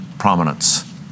Prominence